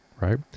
right